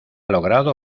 logrado